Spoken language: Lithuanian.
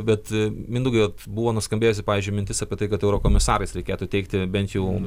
bet mindaugai buvo nuskambėjusi pavyzdžiui mintis apie tai kad eurokomisarais reikėtų teikti bent jau